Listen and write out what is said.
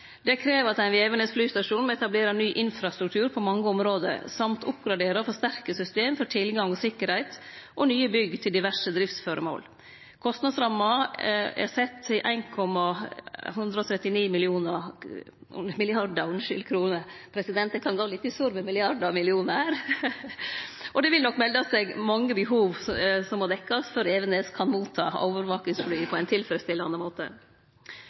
Det krev at ein ved Evenes flystasjon må etablere ny infrastruktur på mange område, i tillegg til å oppgradere og forsterke system for tilgang og sikkerheit, og det krev nye bygg til diverse driftsføremål. Kostnadsramma er sett til